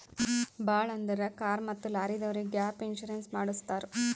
ಭಾಳ್ ಅಂದುರ್ ಕಾರ್ ಮತ್ತ ಲಾರಿದವ್ರೆ ಗ್ಯಾಪ್ ಇನ್ಸೂರೆನ್ಸ್ ಮಾಡುಸತ್ತಾರ್